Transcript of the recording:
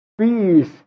peace